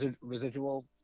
residual